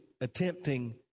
attempting